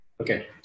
Okay